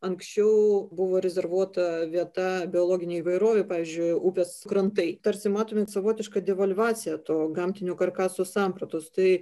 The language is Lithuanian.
anksčiau buvo rezervuota vieta biologinei įvairovei pavyzdžiui upės krantai tarsi matome savotišką devalvaciją to gamtinio karkaso sampratos tai